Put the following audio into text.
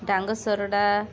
Dangsorada